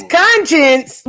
conscience